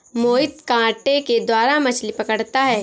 मोहित कांटे के द्वारा मछ्ली पकड़ता है